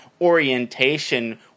orientation